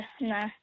no